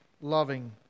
loving